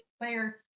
player